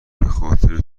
بخاطر